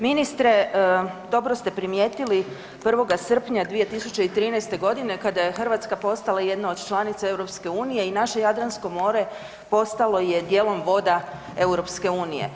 Ministre, dobro ste primijetili 1. srpnja 2013. kada je Hrvatska postala jedna od članica EU i naše Jadranskom more postalo je dijelom voda EU.